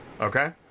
Okay